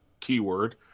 Keyword